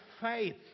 faith